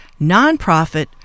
nonprofit